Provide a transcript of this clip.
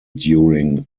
during